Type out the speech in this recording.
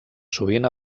sovint